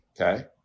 okay